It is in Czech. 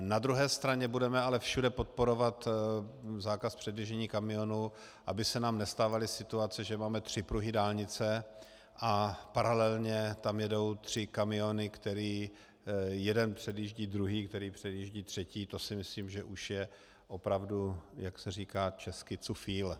Na druhé straně budeme ale všude podporovat zákaz předjíždění kamionů, aby se nám nestávaly situace, že máme tři pruhy dálnice a paralelně tam jedou tři kamiony, jeden předjíždí druhý, který předjíždí třetí, to si myslím, že už je opravdu, jak se říká česky, zu viel.